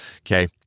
Okay